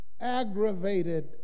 aggravated